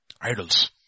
Idols